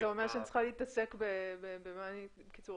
זה אומר שאני צריכה להתעסק במה בקיצור,